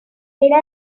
era